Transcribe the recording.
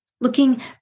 looking